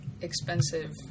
expensive